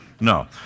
No